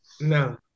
No